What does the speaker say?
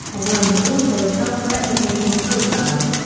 a worm is also a self-replicating program.